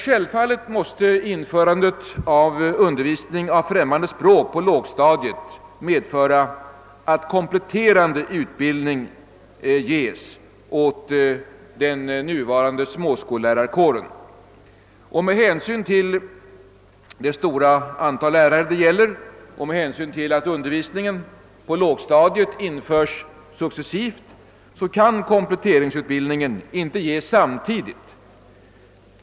Självfallet måste undervisning i främmande språk på lågstadiet medföra att kompletterande utbildning ges åt den nuvarande småskollärarkåren. Med hänsyn till det stora antal lärare det gäller och med hänsyn till att undervisningen i engelska på lågstadiet införs successivt kan <kompletteringsutbildningen inte ges samtidigt åt alla lärare.